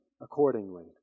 accordingly